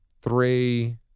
three